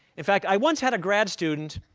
in fact, i once had a grad student,